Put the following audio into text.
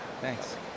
Thanks